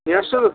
নিয়ে আসছো তো